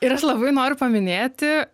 ir aš labai noriu paminėti